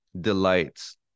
delights